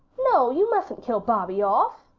no, you mustn't kill bobby off,